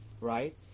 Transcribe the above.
Right